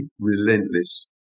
relentless